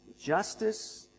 justice